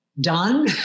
done